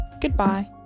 Goodbye